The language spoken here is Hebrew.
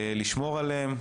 נסייע לשמור עליהם,